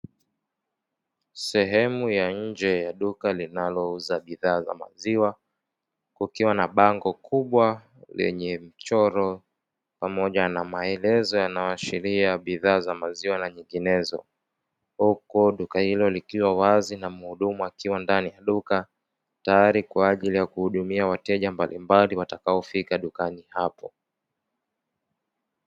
Sehemu ya nje ya duka linalouza bidhaa za maziwa kukiwa na bango kubwa lenye mchoro pamoja na maelezo yanayoashiria bidhaa za maziwa na nyinginezo, huku duka hilo likiwa wazi na mhudumu akiwa ndani ya duka tayari kwa ajili ya kuhudumia wateja mbalimbali watakaofika dukani hapo.